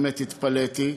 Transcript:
באמת התפלאתי,